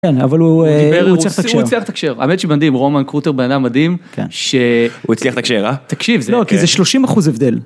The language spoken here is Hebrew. כן, אבל הוא הצליח לתקשר, האמת שמדהים, רומן קרוטר בן אדם מדהים, שהוא הצליח לתקשר, תקשיב, כי זה 30% הבדל.